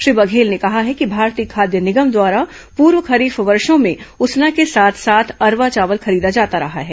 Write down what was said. श्री बघेल ने कहा है कि भारतीय खाद्य निगम द्वारा पूर्व खरीफ वर्षो में उसना के साथ साथ अरवा चावल खरीदा जाता रहा है